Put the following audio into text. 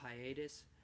hiatus